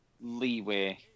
leeway